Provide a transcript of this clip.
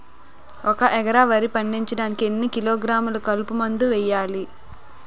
ఒక ఎకర వరి పండించటానికి ఎన్ని కిలోగ్రాములు కలుపు మందు వేయాలి?